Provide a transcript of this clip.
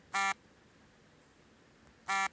ಹೆಚ್ಚು ಇಳುವರಿ ಕೊಡುವ ಉದ್ದು, ಪಚ್ಚೆ ಹೆಸರು ಕಾಳುಗಳ ಬೀಜ ಯಾವುದು?